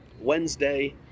Wednesday